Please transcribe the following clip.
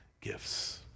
gifts